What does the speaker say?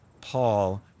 paul